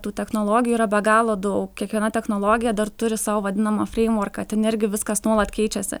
tų technologijų yra be galo daug kiekviena technologija dar turi savo vadinamą freimvorką ten irgi viskas nuolat keičiasi